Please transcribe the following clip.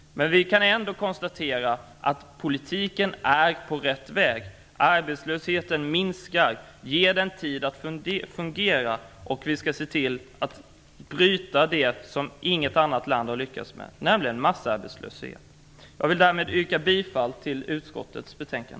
Men vi kan ändå konstatera att politiken är på rätt väg. Arbetslösheten minskar. Ge den tid att fungera, och vi skall se till att göra det som inget annat land har lyckats med, nämligen bryta massarbetslösheten! Jag vill därmed yrka bifall till utskottets hemställan.